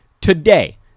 today